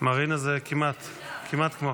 אדוני יסגור את הישיבה וילך להפסקה, והשר יחכה.